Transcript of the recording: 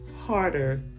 harder